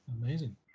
Amazing